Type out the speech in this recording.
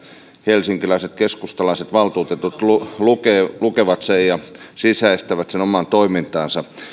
helsinkiläiset keskustalaiset valtuutetut lukevat lukevat ja sisäistävät sen omaan toimintaansa